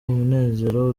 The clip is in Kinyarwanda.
umunezero